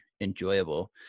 enjoyable